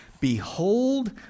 Behold